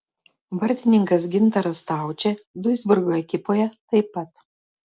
vartininkas gintaras staučė duisburgo ekipoje taip pat